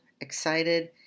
excited